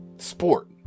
Sport